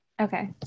okay